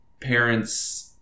parents